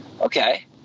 okay